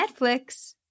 Netflix